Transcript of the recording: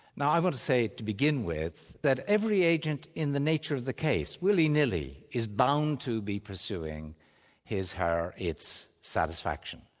now i want to say to begin with that every agent in the nature of the case, willy-nilly, is bound to be pursuing pursuing his, her, its satisfaction.